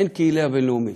אין קהילה בין-לאומית.